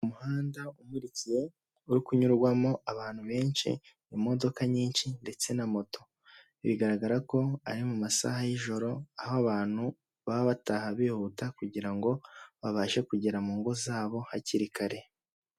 Nk'uko idolari ry'amerika rikomeje gutera imbere no kuzamuka, ni nako ifaranga rikoreshwa mu gihugu cy'ubushinwa riri mu moko atanu harimo amafaranga ari mw'ibara ry'ubururu n'icyatsi, umuhondo ndetse n'umukara. Bikaba bivugwa na meya w'akarere gashinzwe kubungabunga ibikorwa remezo.